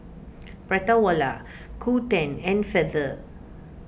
Prata Wala Qoo ten and Feather